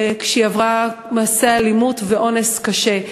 כשהיא עברה מעשי אלימות ואונס קשה.